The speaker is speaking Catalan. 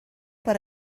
per